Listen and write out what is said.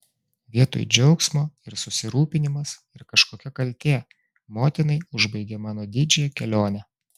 vietoj džiaugsmo ir susirūpinimas ir kažkokia kaltė motinai užbaigė mano didžiąją kelionę